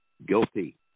guilty